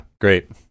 Great